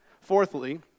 Fourthly